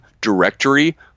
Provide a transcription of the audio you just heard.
directory